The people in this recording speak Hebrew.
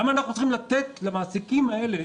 למה צריך לתת למעסיקים האלה